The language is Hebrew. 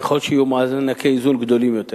שיהיו מענקי איזון גדולים יותר,